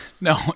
No